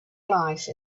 life